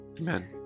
Amen